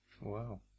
Wow